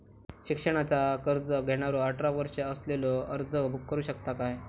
शिक्षणाचा कर्ज घेणारो अठरा वर्ष असलेलो अर्ज करू शकता काय?